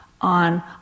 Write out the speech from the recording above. on